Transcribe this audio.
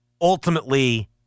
ultimately